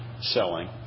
selling